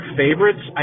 favorites